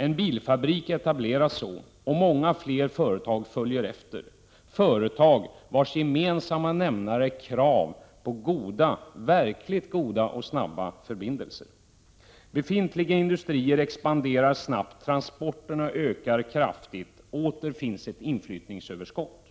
En bilfabrik etableras så, och många andra företag följer efter, företag vars gemensamma nämnare är krav på goda, verkligt goda, och snabba förbindelser. Befintliga industrier expanderar snabbt, transporterna ökar kraftigt och åter har vi ett inflyttningsöverskott.